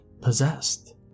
possessed